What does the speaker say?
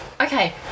Okay